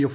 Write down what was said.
F